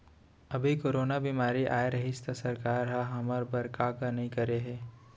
अभी कोरोना बेमारी अए रहिस त सरकार हर हमर बर का का नइ करे हे